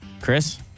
Chris